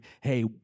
hey